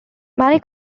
many